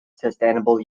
sustainable